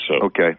Okay